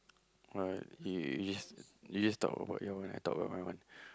what he you just you just talk about your one I talk about my one